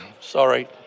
sorry